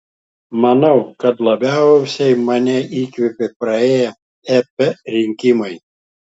manau kad labiausiai mane įkvėpė praėję ep rinkimai